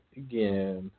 again